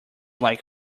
like